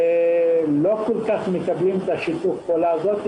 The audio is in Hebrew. אנחנו לא כל כך מקבלים את שיתוף הפעולה הזה.